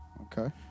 Okay